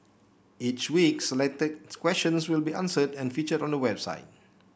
each week selected questions will be answered and featured on the website